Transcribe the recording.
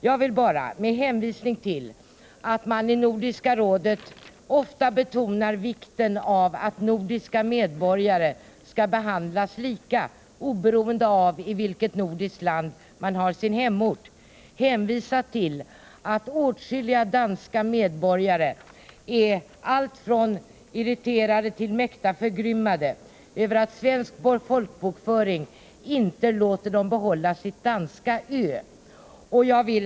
Jag vill med hänvisning till att man i Nordiska rådet ofta betonar vikten av att nordiska medborgare skall behandlas lika, oberoende av i vilket nordiskt land man har sin hemort, bara framhålla att åtskilliga danska medborgare är alltifrån irriterade till mäkta förgrymmade över att svensk folkbokföring inte låter dem behålla sitt danska ö. Herr talman!